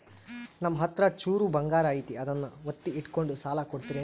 ನಮ್ಮಹತ್ರ ಚೂರು ಬಂಗಾರ ಐತಿ ಅದನ್ನ ಒತ್ತಿ ಇಟ್ಕೊಂಡು ಸಾಲ ಕೊಡ್ತಿರೇನ್ರಿ?